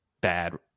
bad